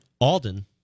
Alden